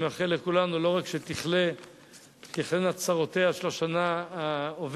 אני מאחל לכולנו לא רק שתכלינה צרותיה של השנה העוברת